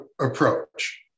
approach